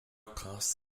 cost